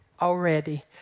already